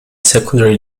secondary